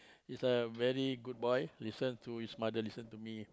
he's a very good boy listen to his mother listen to me